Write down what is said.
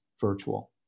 virtual